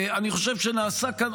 אני חושב שנעשה כאן,